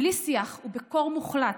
בלי שיח ובקור מוחלט,